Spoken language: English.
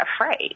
afraid